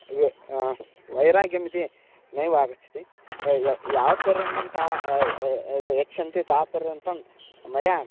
ये वैराग्यमिति नैव आगच्छति य यावत् पर्यन्तं का यच्छन्ति तावत् पर्यन्तं मया